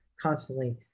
constantly